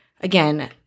again